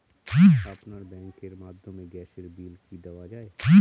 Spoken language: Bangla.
আপনার ব্যাংকের মাধ্যমে গ্যাসের বিল কি দেওয়া য়ায়?